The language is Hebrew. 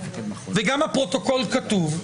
וגם הפרוטוקול כתוב,